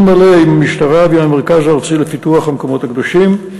מלא עם המשטרה ועם המרכז הארצי לפיתוח המקומות הקדושים.